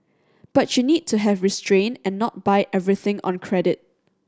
but you need to have restrain and not buy everything on credit